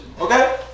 Okay